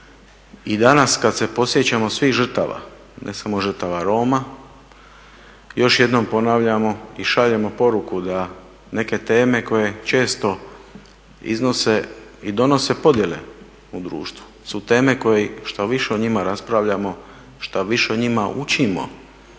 I danas kad se podsjećamo svih žrtava ne samo žrtava Roma još jednom ponavljamo i šaljemo poruku da neke teme koje često iznose i donose podjele u društvu su teme koje što više o njima raspravljamo, što više o njima učimo